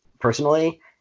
personally